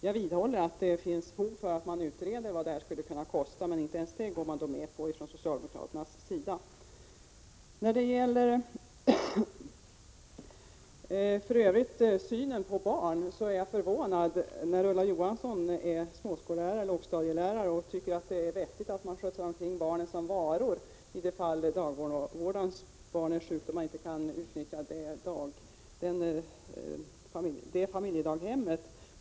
Jag vidhåller att det finns fog för att utreda vad denna ersättning skulle kosta, men inte ens det kravet går socialdemokraterna med på. Jag är förvånad över att Ulla Johansson, som är lågstadielärare, tycker att det är vettigt att man skjutsar omkring barnen som varor i de fall då dagbarnvårdarens barn är sjukt och man därför inte kan utnyttja familjedaghemmet.